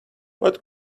what